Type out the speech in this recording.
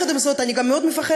ויחד עם זאת אני גם מאוד מפחדת.